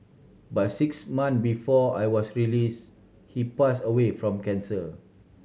but six months before I was release he pass away from cancer